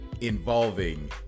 involving